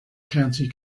county